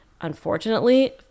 unfortunately